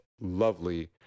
lovely